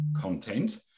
content